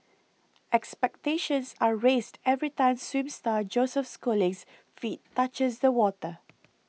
expectations are raised every time swim star Joseph Schooling's feet touches the water